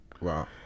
wow